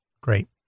Great